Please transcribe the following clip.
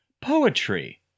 poetry